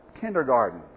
kindergarten